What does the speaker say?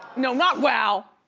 not wow!